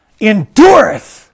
endureth